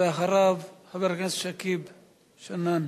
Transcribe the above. בבקשה, ואחריו, חבר הכנסת שכיב שנאן.